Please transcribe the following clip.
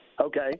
Okay